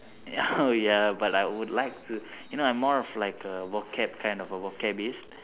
ya oh ya but I would like to you know I'm more of like err vocab kind of a